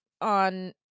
on